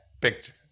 picture